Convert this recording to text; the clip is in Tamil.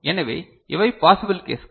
எனவே இவை பாசிபிள் கேஸ்கள்